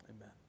Amen